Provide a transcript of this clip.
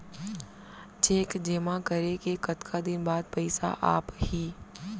Cheque जेमा करें के कतका दिन बाद पइसा आप ही?